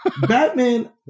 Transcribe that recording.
Batman